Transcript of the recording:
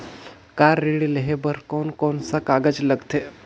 Car ऋण लेहे बार कोन कोन सा कागज़ लगथे?